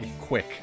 quick